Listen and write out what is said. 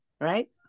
right